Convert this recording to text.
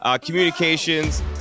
Communications